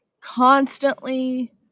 constantly